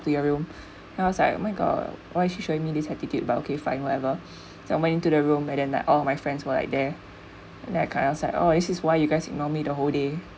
to your room then I was like oh my god why she showing me this attitude but okay fine whatever so I went into the room and then like all my friends were like there and kinda said like oh this is why you guys ignore me the whole day